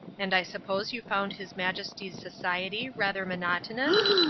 and i suppose you found his majesty's society rather monotonous?